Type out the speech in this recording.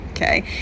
Okay